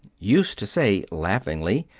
used to say laughingly,